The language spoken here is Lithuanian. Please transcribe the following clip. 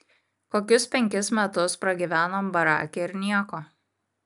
kokius penkis metus pragyvenom barake ir nieko